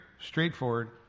straightforward